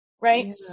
right